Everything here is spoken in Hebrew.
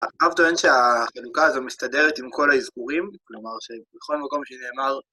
ערב טוען שהחלוקה הזו מסתדרת עם כל האזכורים, כלומר שבכל מקום שנאמר...